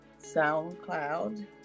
SoundCloud